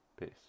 Peace